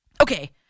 Okay